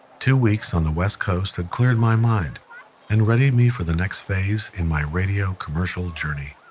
two weeks on the west coast had cleared my mind and readied me for the next phase in my radio commercial journey